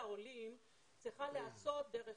חלק מתוך ההגעה לעולים צריכה להיעשות דרך